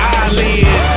eyelids